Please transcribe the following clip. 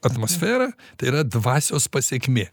atmosfera tai yra dvasios pasekmė